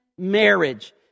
marriage